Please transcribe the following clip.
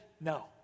no